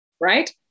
right